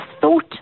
thought